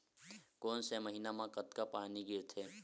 कोन से महीना म कतका पानी गिरथे?